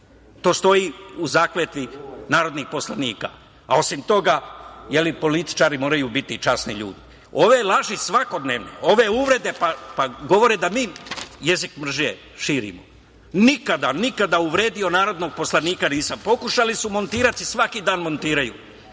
To stoji u zakletvi narodnih poslanika. Osim toga, političari moraju biti časni ljudi. Ove laži svakodnevne, ove uvrede, pa govore da mi jezik mržnje širimo. Nikada, nikada uvredio narodnog poslanika nisam. Pokušavali su montirati, svaki dan montiraju.